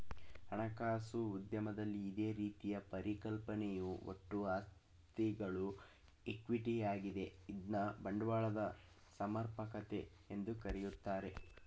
ಹಣಕಾಸು ಉದ್ಯಮದಲ್ಲಿ ಇದೇ ರೀತಿಯ ಪರಿಕಲ್ಪನೆಯು ಒಟ್ಟು ಆಸ್ತಿಗಳು ಈಕ್ವಿಟಿ ಯಾಗಿದೆ ಇದ್ನ ಬಂಡವಾಳದ ಸಮರ್ಪಕತೆ ಎಂದು ಕರೆಯುತ್ತಾರೆ